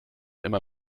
immer